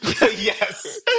yes